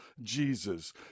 Jesus